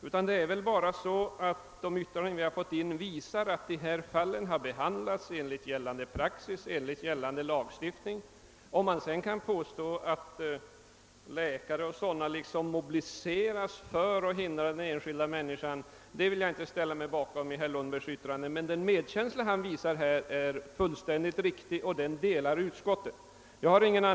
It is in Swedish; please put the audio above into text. Men de fall det här är fråga om har enligt de upplysningar utskottet fått behandlats enligt gällande praxis och gällande lagstiftning. Jag kan därför inte dela herr Lundbergs uppfattning när han säger att läkare och andra mobiliseras för att hindra att den enskilda människan får sin rätt. Den medkänsla herr Lundberg visar är fullständigt riktig, och den delas av utskottet.